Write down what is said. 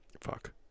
fuck